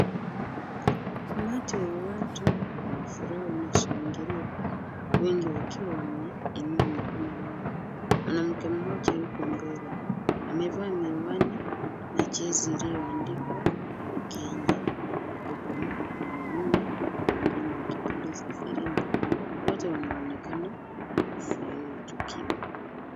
Umati wa watu wana furaha wanashangilia, wengi wakiwa wameinua mikono yao. Mwanamke mmoja yuko mbele, amevaa miwani na jezi iliyoandikwa Kenya huku mwanamume mwingine akipuliza firimbi. Wote wanaonekana kufurahia tukio.